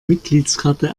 mitgliedskarte